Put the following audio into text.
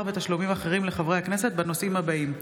ותשלומים אחרים לחברי הכנסת בנושאים הבאים: